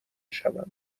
شوم